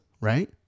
Right